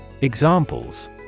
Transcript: Examples